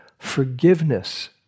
forgiveness